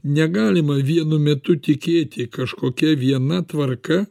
negalima vienu metu tikėti kažkokia viena tvarka